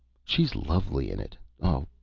she's lovely in it oh,